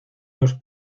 los